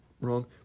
Wrong